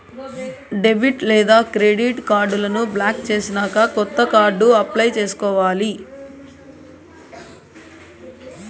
debit లేదా credit కార్డులను block చేసినాక కొత్త కార్డు అప్లై చేసుకోవాలి